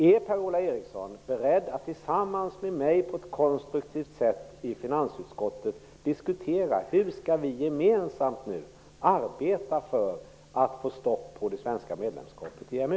Är Per-Ola Eriksson beredd att tillsammans med mig på ett konstruktivt sätt i finansutskottet diskutera hur vi gemensamt nu skall arbeta för att få stopp på det svenska medlemskapet i EMU?